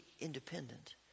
independent